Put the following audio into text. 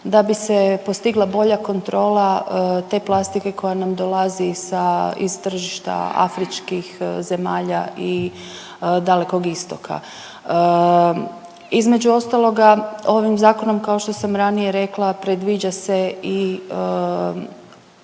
da bi se postigla bolja kontrola te plastike koja nam dolazi sa, iz tržišta afričkih zemalja i Dalekog Istoka. Između ostaloga ovim zakonom, kao što sam ranije rekla, predviđa se i